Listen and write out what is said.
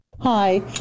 Hi